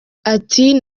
ati